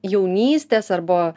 jaunystės arba